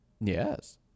Yes